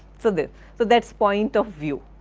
so there, so that's point of view.